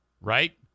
right